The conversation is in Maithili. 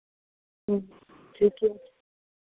ह्म्म ठीके छै